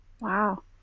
Wow